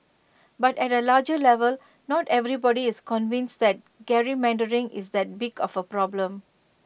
but at A larger level not everybody is convinced that gerrymandering is that big of A problem